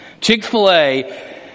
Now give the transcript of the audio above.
Chick-fil-A